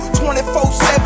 24/7